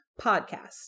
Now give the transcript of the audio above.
podcast